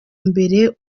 mbere